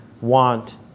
want